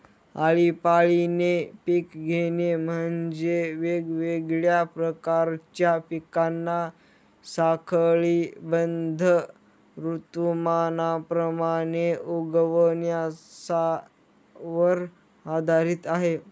आळीपाळीने पिक घेणे म्हणजे, वेगवेगळ्या प्रकारच्या पिकांना साखळीबद्ध ऋतुमानाप्रमाणे उगवण्यावर आधारित आहे